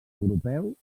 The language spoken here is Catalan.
europeu